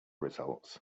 results